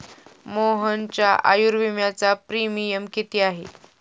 मोहनच्या आयुर्विम्याचा प्रीमियम किती आहे?